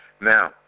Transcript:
Now